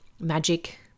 magic